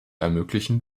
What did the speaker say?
ermöglichen